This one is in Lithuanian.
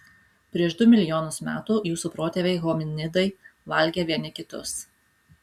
prieš du milijonus metų jūsų protėviai hominidai valgė vieni kitus